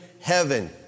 heaven